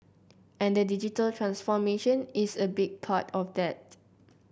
and the digital transformation is a big part of that